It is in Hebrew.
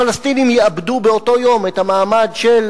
הפלסטינים יאבדו באותו יום את המעמד של